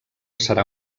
serà